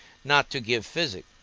not to give physic.